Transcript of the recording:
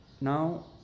Now